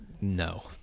No